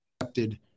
accepted